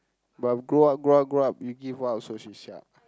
but grow up grow up grow up you give what also she siap